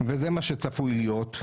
וזה מה שצפוי להיות,